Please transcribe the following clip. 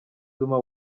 zuma